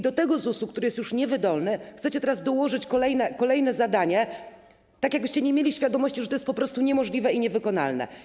Do tego ZUS-u, który jest już niewydolny, chcecie teraz dołożyć kolejne zadanie, tak jakbyście nie mieli świadomości, że to jest po prostu niemożliwe i niewykonalne.